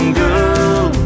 girl